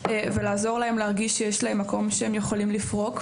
ולעזור להם להרגיש שיש להם מקום שהם יכולים לפרוק,